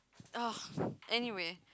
ugh anyway